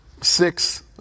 six